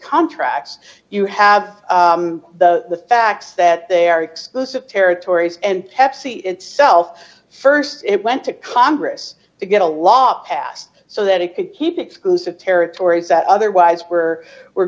contracts you have the facts that they are exclusive territories and pepsi itself st it went to congress to get a law passed so that it could keep exclusive territories that otherwise were were